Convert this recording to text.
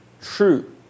true